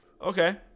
Okay